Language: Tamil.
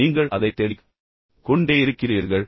எனவே நீங்கள் அதைத் தேடிக் கொண்டே இருக்கிறீர்கள்